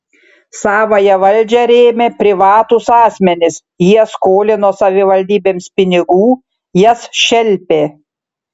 savąją valdžią rėmė privatūs asmenys jie skolino savivaldybėms pinigų jas šelpė